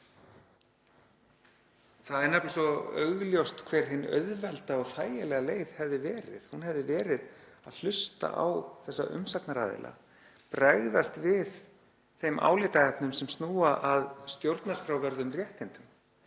Það er nefnilega svo augljóst hver hin auðvelda og þægilega leið hefði verið, hún hefði verið að hlusta á þessa umsagnaraðila, bregðast við þeim álitaefnum sem snúa að stjórnarskrárvörðum réttindum,